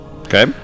Okay